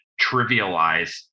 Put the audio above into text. trivialize